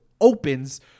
opens